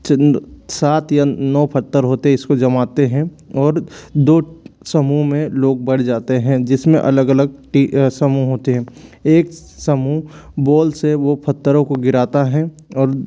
चंद सात या नौ पत्थर होते हैं इसको जमाते हैं और दो समूह में लोग बँट जाते हैं जिसमें अलग अलग टी समूह होते हैं एक समूह बोल से वो पत्थरों को गिराता है और